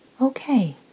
Okay